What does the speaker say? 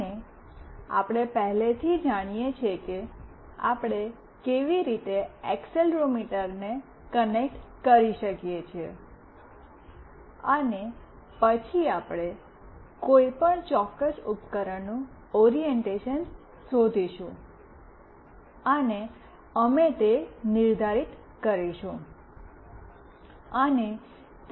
અને આપણે પહેલેથી જાણીએ છીએ કે આપણે કેવી રીતે એક્સીલરોમીટરને કનેક્ટ કરી શકીએ છીએ પછી આપણે કોઈ પણ ચોક્કસ ઉપકરણ નું ઓરિએંટેશન શોધીશું અને અમે તે નિર્ધારિત કરીશું